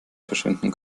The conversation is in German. verschwinden